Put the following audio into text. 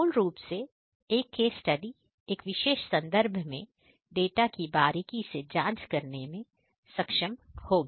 मूल रूप से एक केस स्टडी एक विशेष संदर्भ में डाटा की बारीकी से जांच करने में समक्ष होगी